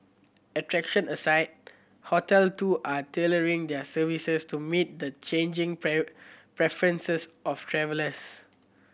attraction aside hotel too are tailoring their services to meet the changing preferences of travellers